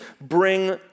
bring